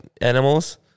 animals